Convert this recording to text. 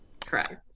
Correct